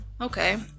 Okay